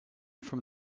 from